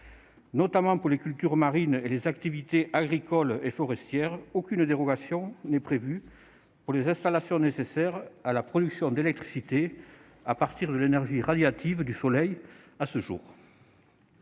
notamment pour les cultures marines et les activités agricoles et forestières, aucune dérogation n'est prévue à ce jour pour les installations nécessaires à la production d'électricité à partir de l'énergie radiative du soleil. En outre,